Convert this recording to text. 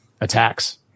attacks